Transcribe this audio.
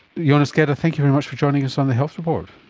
yonas geda, thank you very much for joining us on the health report.